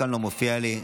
כאן לא מופיע לי.